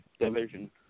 division